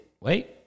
Wait